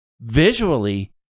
visually